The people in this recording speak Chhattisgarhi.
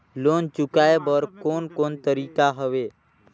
लोन चुकाए बर कोन कोन तरीका हवे?